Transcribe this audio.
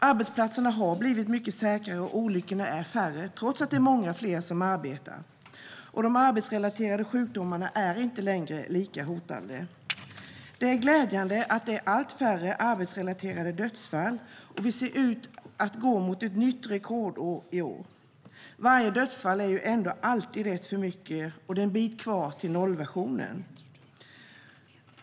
Arbetsplatserna har blivit mycket säkrare, och olyckorna är färre trots att det är många fler som arbetar. De arbetsrelaterade sjukdomarna är inte längre lika hotande. Det är glädjande att det sker allt färre arbetsrelaterade dödsfall, och vi ser ut att gå mot ett nytt rekordår i år. Men varje dödsfall är alltid ett för mycket, och det är en bit kvar till nollvisionen.